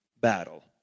battle